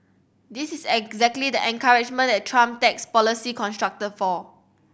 this is exactly the encouragement that Trump tax policy constructed for